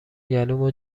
گلومو